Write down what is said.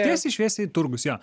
tiesiai šviesiai turgus jo